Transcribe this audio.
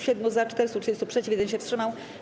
7 - za, 430 - przeciw, 1 się wstrzymał.